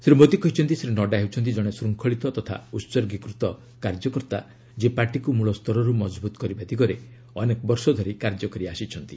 ଶ୍ରୀ ମୋଦୀ କହିଛନ୍ତି ଶ୍ରୀ ନଡ୍ଥା ହେଉଛନ୍ତି ଜଣେ ଶୃଙ୍ଖଳିତ ତଥା ଉସର୍ଗୀକୃତ କାର୍ଯ୍ୟକର୍ତ୍ତା ଯିଏ ପାର୍ଟିକୁ ମୂଳସ୍ତରରୁ ମଜବୁତ କରିବା ଦିଗରେ ଅନେକ ବର୍ଷ ଧରି କାର୍ଯ୍ୟ କରି ଆସିଛନ୍ତି